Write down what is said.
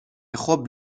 خوب